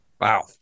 Wow